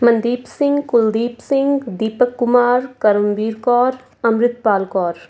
Mandeep Singh Kuldeep Singh Deepak Kumar Karamvir Kaur Amritpal Kaur